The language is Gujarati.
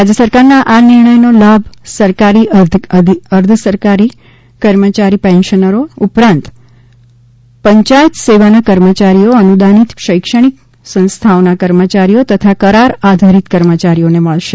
રાજ્ય સરકારના આ નિર્ણયનો લાભ સરકારી અધિકારી કર્મચારી પેન્શનરો ઉપરાંત પંચાયત સેવાના કર્મચારીઓ અનુદાનિત શૈક્ષણિક સંસ્થાઓના કર્મચારીઓ તથા કરાર આધારિત કર્મચારીઓને મળશે